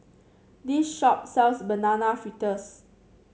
this shop sells Banana Fritters